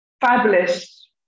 fabulous